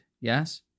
Yes